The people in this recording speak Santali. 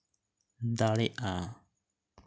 ᱫᱟᱲᱮᱜᱼᱟ